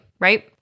right